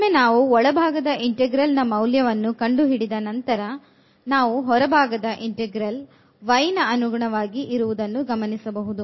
ಒಮ್ಮೆ ನಾವು ಒಳಭಾಗದ ಇಂತೆಗ್ರಲ್ ನ ಮೌಲ್ಯವನ್ನು ಕಂಡು ಹಿಡಿದ ನಂತರ ನಾವು ಹೊರಭಾಗದ ಇಂಟೆಗ್ರಲ್ y ನ ಅನುಗುಣವಾಗಿ ಇರುವುದನ್ನು ಗಮನಿಸಬಹುದು